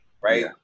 right